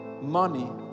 money